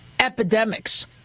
epidemics